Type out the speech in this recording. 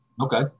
Okay